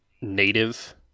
native